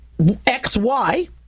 XY